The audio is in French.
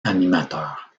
animateur